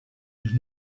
with